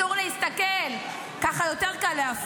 למה?